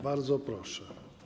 Bardzo proszę.